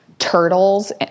Turtles